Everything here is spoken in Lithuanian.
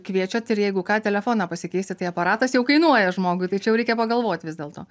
kviečiat ir jeigu ką telefoną pasikeisti tai aparatas jau kainuoja žmogui tai čia jau reikia pagalvot vis dėlto